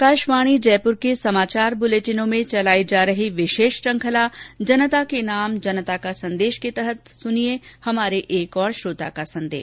आकाशवाणी जयपुर के समाचार बुलेटिनों में चलाई जा रही विशेष श्रेखंला जनता के नाम जनता का संदेश के तहत सुनिये हमारे श्रोता का संदेश